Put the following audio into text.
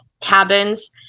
cabins